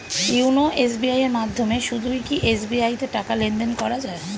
YONO SBI এর মাধ্যমে শুধুই কি এস.বি.আই তে টাকা লেনদেন করা যায়?